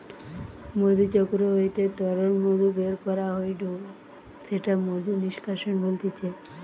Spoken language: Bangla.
মধুচক্র হইতে তরল মধু বের করা হয়ঢু সেটা মধু নিষ্কাশন বলতিছে